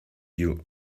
you